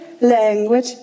language